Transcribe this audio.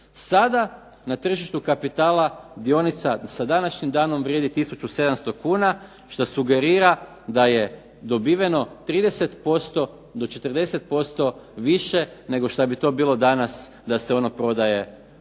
sada na tržištu kapitala dionica sa današnjim danom vrijedi 1700 kuna, što sugerira da je dobiveno 30%, do 40% više nego što bi to bilo danas da se ona prodaje na